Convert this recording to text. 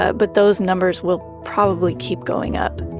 ah but those numbers will probably keep going up.